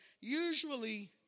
Usually